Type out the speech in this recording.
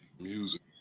music